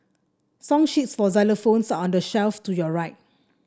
song sheets for xylophones are on the shelf to your right